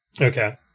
Okay